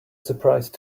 surprise